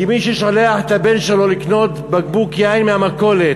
כי מי ששולח את הבן שלו לקנות בקבוק יין מהמכולת,